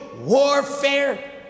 warfare